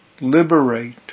liberate